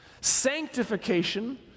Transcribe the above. Sanctification